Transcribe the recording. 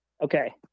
Okay